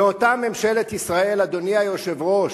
ואותה ממשלת ישראל, אדוני היושב-ראש,